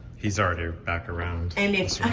he's already back around. and